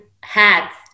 hats